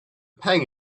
pang